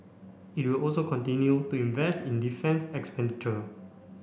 it will also continue to invest in defence expenditure